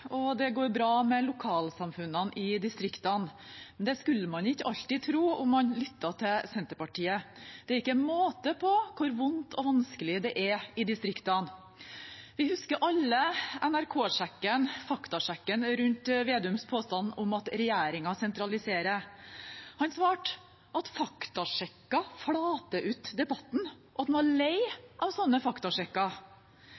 skulle man ikke alltid tro om man lytter til Senterpartiet. Det er ikke måte på hvor vondt og vanskelig det er i distriktene. Vi husker alle NRK-sjekken – faktasjekken – rundt Vedums påstand om at regjeringen sentraliserer. Han svarte at faktasjekker flater ut debatten, at han var lei av sånne faktasjekker. Senterpartiet har i lang tid hatt kreative virkelighetsoppfatninger, og